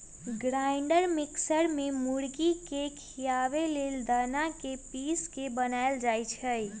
grinder mixer में मुर्गी के खियाबे लेल दना के पिस के बनाएल जाइ छइ